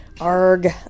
ARG